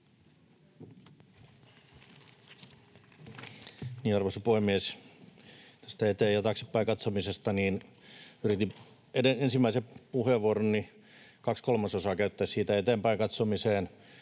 Arvoisa puhemies! Tästä eteen- ja taaksepäin katsomisesta: Yritin ensimmäisestä puheenvuorostani kaksi kolmasosaa käyttää eteenpäin katsomiseen,